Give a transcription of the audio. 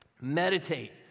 meditate